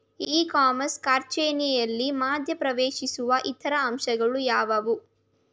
E commerce ಕಾರ್ಯಾಚರಣೆಯಲ್ಲಿ ಮಧ್ಯ ಪ್ರವೇಶಿಸುವ ಇತರ ಅಂಶಗಳು ಯಾವುವು?